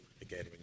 again